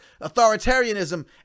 authoritarianism